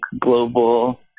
global